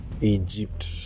Egypt